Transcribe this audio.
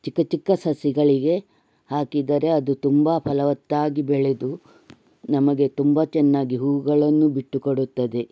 ಚಿಕ್ಕ ಚಿಕ್ಕ ಸಸಿಗಳಿಗೆ ಹಾಕಿದರೆ ಅದು ತುಂಬ ಫಲವತ್ತಾಗಿ ಬೆಳೆದು ನಮಗೆ ತುಂಬ ಚೆನ್ನಾಗಿ ಹೂಗಳನ್ನು ಬಿಟ್ಟು ಕೊಡುತ್ತದೆ